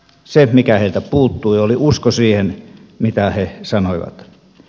se mikä heiltä puuttui oli usko siihen mitä he sanoivat